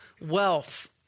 wealth